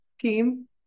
team